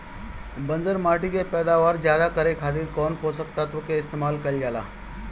बंजर माटी के पैदावार ज्यादा करे खातिर कौन पोषक तत्व के इस्तेमाल कईल जाला?